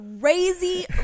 crazy